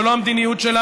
זו לא המדיניות שלנו,